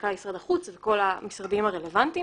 המנכ"ל משרד החוץ וכל המשרדים הרלוונטיים